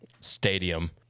stadium